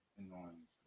annoying